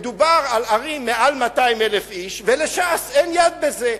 מדובר על ערים מעל 200,000 איש ולש"ס אין יד בזה.